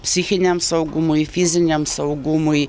psichiniam saugumui fiziniam saugumui